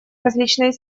различной